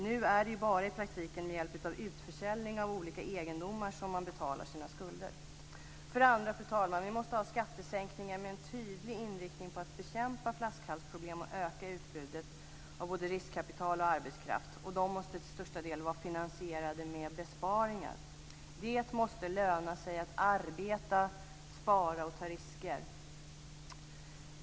Nu är det ju i praktiken bara med hjälp av utförsäljning av olika egendomar som man betalar sina skulder. För det andra, fru talman, måste vi ha skattesänkningar med en tydlig inriktning på att bekämpa flaskhalsproblem och öka utbudet av både riskkapital och arbetskraft, och de måste till största delen vara finansierade med besparingar. Det måste löna sig att arbeta, spara och ta risker.